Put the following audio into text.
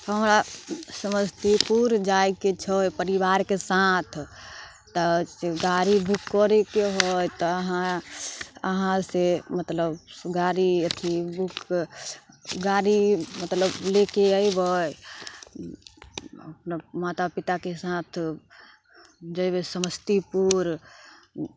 हमरा समस्तीपुर जाइके छै परिवारके साथ तऽ गाड़ी बुक करैके हइ तऽ अहाॅं अहाँ से मतलब गाड़ी अथि बुक गाड़ी मतलब लएके एबै हमरा माता पिताके साथ जयबै समस्तीपुर